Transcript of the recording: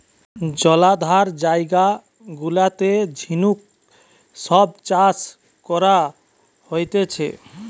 জলাধার জায়গা গুলাতে ঝিনুক সব চাষ করা হতিছে